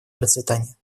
процветание